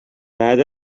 بعد